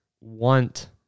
want